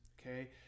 Okay